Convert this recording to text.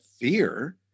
fear